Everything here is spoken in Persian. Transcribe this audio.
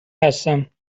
هستم